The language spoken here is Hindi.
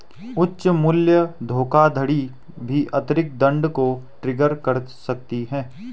उच्च मूल्य धोखाधड़ी भी अतिरिक्त दंड को ट्रिगर कर सकती है